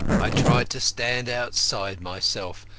i tried to stand outside myself,